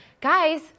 Guys